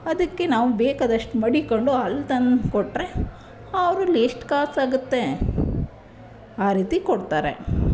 ಅದಕ್ಕೆ ನಾವು ಬೇಕಾದಷ್ಟು ಮಡಿಕ್ಕೊಂಡು ಅಲ್ಲಿ ತಂದು ಕೊಟ್ಟರೆ ಅವ್ರು ಅಲ್ಲಿ ಎಷ್ಟು ಕಾಸು ಆಗುತ್ತೆ ಆ ರೀತಿ ಕೊಡ್ತಾರೆ